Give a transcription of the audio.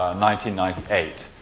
ninety ninety eight.